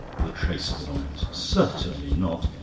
with a trace of annoyance. certainly not.